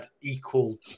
equal